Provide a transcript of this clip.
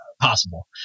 possible